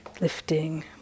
lifting